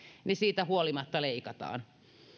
niin siitä huolimatta leikataan